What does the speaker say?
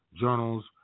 Journals